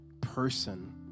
person